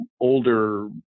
older